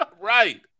Right